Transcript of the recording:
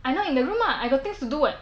I know in the room I got things to do [what]